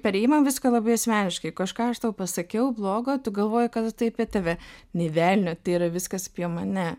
perėjimam viską labai asmeniškai kažką aš tau pasakiau blogo tu galvoji kad tai apie tave nė velnio tai yra viskas apie mane